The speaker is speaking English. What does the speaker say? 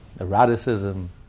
eroticism